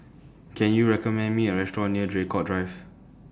Can YOU recommend Me A Restaurant near Draycott Drive